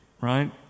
right